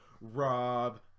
Rob